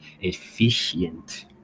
Efficient